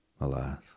alas